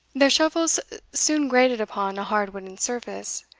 their shovels soon grated upon a hard wooden surface,